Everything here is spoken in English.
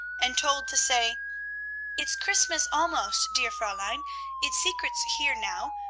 and told to say it's christmas, almost, dear fraulein it's secrets here now.